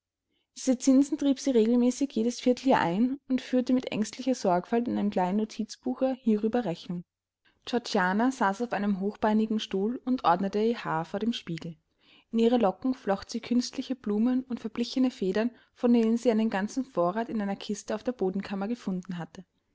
zinsen trieb sie regelmäßig jedes vierteljahr ein und führte mit ängstlicher sorgfalt in einem kleinen notizbuche hierüber rechnung georgiana saß auf einem hochbeinigen stuhl und ordnete ihr haar vor dem spiegel in ihre locken flocht sie künstliche blumen und verblichene federn von denen sie einen ganzen vorrat in einer kiste auf der bodenkammer gefunden hatte